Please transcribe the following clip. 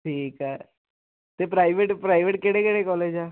ਠੀਕ ਹੈ ਤੇ ਪ੍ਰਾਈਵੇਟ ਪ੍ਰਾਈਵੇਟ ਕਿਹੜੇ ਕਿਹੜੇ ਕਾਲਜ ਆ